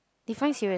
define serious